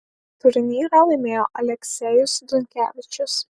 turnyrą laimėjo aleksejus dunkevičius